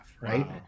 right